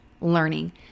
learning